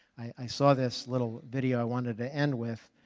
i saw this little video, i wanted to end with,